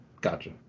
gotcha